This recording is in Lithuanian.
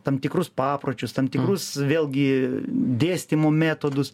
tam tikrus papročius tam tikrus vėlgi dėstymo metodus